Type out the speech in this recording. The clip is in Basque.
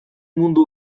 mundu